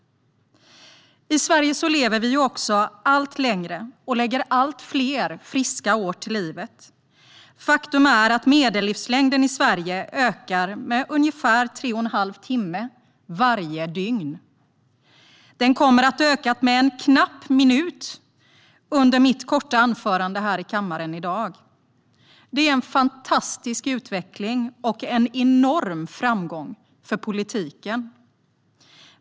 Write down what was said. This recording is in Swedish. I Sverige lever vi allt längre och lägger allt fler friska år till livet. Faktum är att medellivslängden i Sverige ökar med ungefär tre och en halv timme varje dygn. Den kommer att ha ökat med en knapp minut under mitt korta anförande här i kammaren i dag. Det är en fantastisk utveckling och en enorm framgång för politiken.